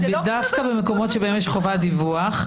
דווקא במקומות שבהם יש חובת דיווח,